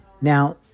Now